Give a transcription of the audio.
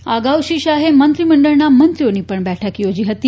આ અગાઉ શ્રી શાહે મંત્રીમંડળના મંત્રીઓની પણ બેઠક યોજી હતી